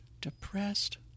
depressed